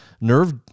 nerve